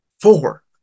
Four